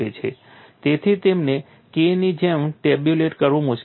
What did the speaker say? તેથી તેમને K ની જેમ ટેબ્યુલેટ કરવું મુશ્કેલ છે